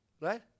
right